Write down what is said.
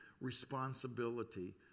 responsibility